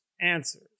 answers